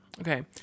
Okay